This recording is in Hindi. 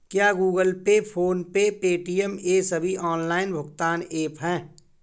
क्या Google pay PhonePe Paytm ये सभी ऑनलाइन भुगतान ऐप हैं?